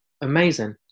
amazing